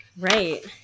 right